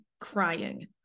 crying